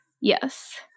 Yes